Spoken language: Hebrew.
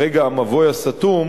המבוי הסתום,